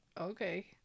okay